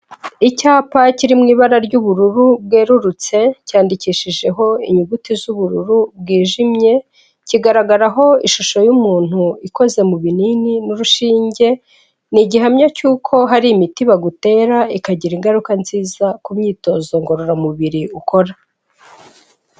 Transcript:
Icyapa kiri mu ibara ry'ubururu bwerurutse cyandikishijeho inyuguti z'ubururu bwijimye kigaragaraho ishusho y'umuntu ikoze mu binini n'urushinge ni igihamya cy'uko hari imiti bagutera ikagira ingaruka nziza ku myitozo ngororamubiri ukora.